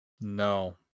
No